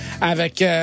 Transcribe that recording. avec